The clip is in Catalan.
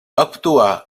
actuà